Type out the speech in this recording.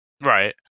Right